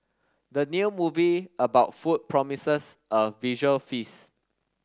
the new movie about food promises a visual feast